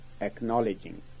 acknowledging